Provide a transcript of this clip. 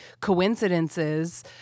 coincidences